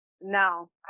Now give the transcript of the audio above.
No